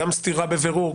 גם סתירה בבירור,